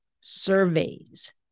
surveys